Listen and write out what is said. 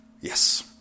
Yes